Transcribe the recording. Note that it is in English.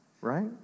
right